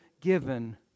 given